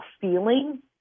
feeling